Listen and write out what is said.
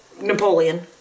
Napoleon